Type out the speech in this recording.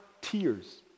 tears